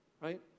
right